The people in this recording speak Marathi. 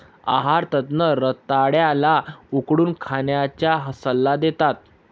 आहार तज्ञ रताळ्या ला उकडून खाण्याचा सल्ला देतात